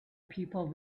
people